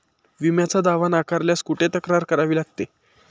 विम्याचा दावा नाकारल्यास कुठे तक्रार करावी लागते?